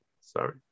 Sorry